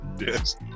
yes